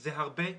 זה הרבה כסף.